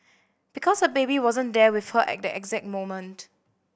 because her baby wasn't there with her at that exact moment